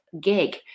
gig